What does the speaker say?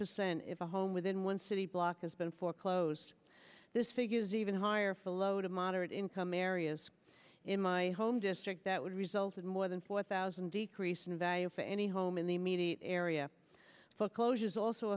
percent if a home within one city block has been foreclosed this figure is even higher for low to moderate income areas in my home district that would result in more than four thousand decrease in value for any home in the immediate area full closures also